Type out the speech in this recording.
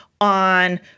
on